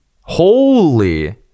holy